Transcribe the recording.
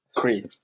three